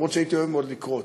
אף שאהבתי מאוד לקרוא אותו,